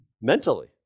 mentally